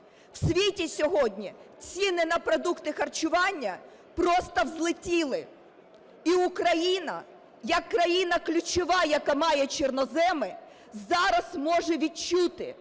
В світі сьогодні ціни на продукти харчування просто злетіли, і Україна як країна ключова, яка має чорноземи, зараз може відчути,